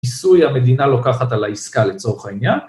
כיסוי, המדינה לוקחת על העסקה לצורך העניין.